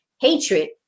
hatred